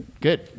good